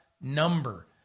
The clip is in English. number